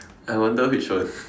I wonder which one